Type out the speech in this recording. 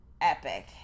epic